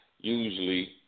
usually